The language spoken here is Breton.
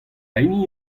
hini